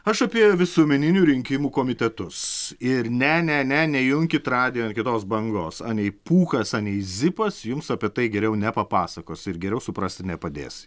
aš apie visuomeninių rinkimų komitetus ir ne ne ne nejunkit radijo ant kitos bangos anei pūkas anei zipas jums apie tai geriau nepapasakos ir geriau suprasti nepadės